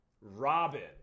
Robin